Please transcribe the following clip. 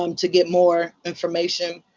um to get more information.